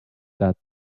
that